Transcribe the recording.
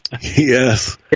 Yes